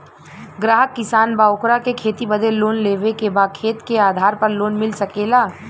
ग्राहक किसान बा ओकरा के खेती बदे लोन लेवे के बा खेत के आधार पर लोन मिल सके ला?